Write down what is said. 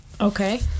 Okay